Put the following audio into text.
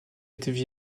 étaient